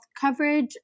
coverage